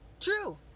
true